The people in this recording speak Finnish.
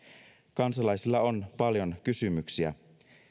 kansalaisilla on paljon kysymyksiä